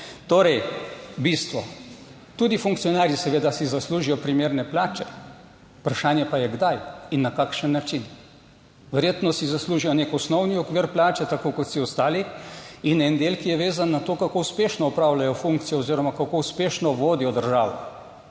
Torej bistvo, tudi funkcionarji seveda si zaslužijo primerne plače. Vprašanje pa je, kdaj in na kakšen način. Verjetno si zaslužijo nek osnovni okvir plače, tako kot vsi ostali in en del, ki je vezan na to, kako uspešno opravljajo funkcijo oziroma kako uspešno vodijo državo.